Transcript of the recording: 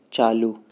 چالو